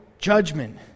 Judgment